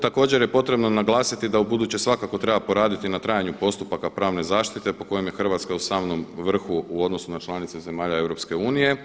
Također je potrebno naglasiti da ubuduće svakako treba poraditi na trajanju postupaka pravne zaštite po kojem je Hrvatska u samom vrhu u odnosu na članice zemalja EU.